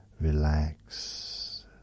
relax